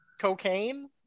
cocaine